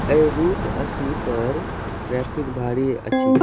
आइ route अस्सी पर traffic भारी अछि